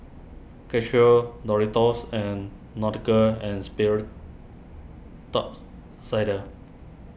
Karcher Doritos and Nautica and Sperry Tops Sider